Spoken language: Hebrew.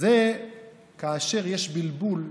כאשר יש בלבול,